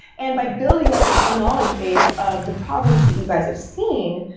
and by building up this knowledge base of the problems that you guys have seen,